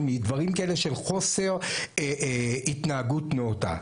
מדברים כאלה של חוסר התנהגות נאותה.